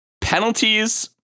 Penalties